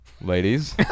ladies